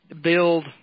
build